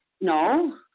No